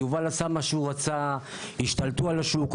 יובל עשה מה שהוא רצה והשתלטו על השוק.